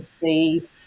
see